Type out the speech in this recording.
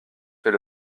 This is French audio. fait